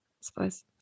suppose